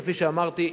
כפי שאמרתי,